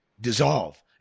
dissolve